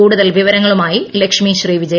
കൂടുതൽ വിവരങ്ങളുമായി ലക്ഷ്മി ശ്രീ വിജയ